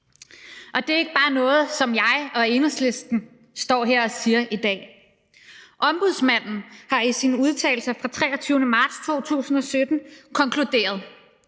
og det er ikke bare noget, som jeg og Enhedslisten står her og siger i dag. Ombudsmanden har i sine udtalelser fra den 23. marts 2017 konkluderet,